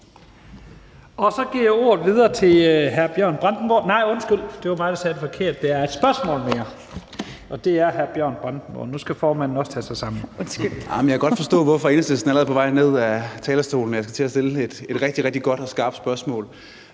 Så giver jeg ordet videre til hr. Bjørn Brandenborg – nej, undskyld, det var mig, der sagde forkert. Der er et spørgsmål mere, og det er fra hr. Bjørn Brandenborg. Nu skal formanden også tage sig sammen. Kl. 13:53 Bjørn Brandenborg (S): Jeg kan godt forstå, hvorfor Enhedslisten allerede er på vej ned af talerstolen, for jeg skal til at stille et rigtig, rigtig godt og skarpt spørgsmål.